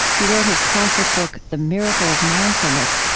he wrote his classic book, the miracle of mindfulness,